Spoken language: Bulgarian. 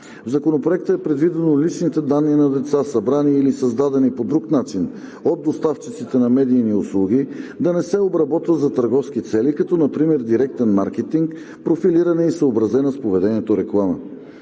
В Законопроекта е предвидено личните данни на деца, събрани или създадени по друг начин от доставчиците на медийни услуги, да не се обработват за търговски цели, като например директен маркетинг, профилиране и съобразена с поведението реклама.